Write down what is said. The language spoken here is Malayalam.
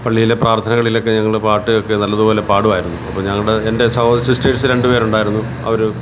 പള്ളിയിലെ പ്രാർത്ഥനകളിലൊക്കെ ഞങ്ങൾ പാട്ടൊക്കെ നല്ലതുപോലെ പാടുമായിരുന്നു അപ്പം ഞങ്ങളുടെ എൻ്റെ സഹോദരൻ എൻ്റെ സിസ്റ്റേഴ്സ് രണ്ട് പേരുണ്ടായിരുന്നു അവർ